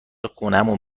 خونمون